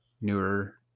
newer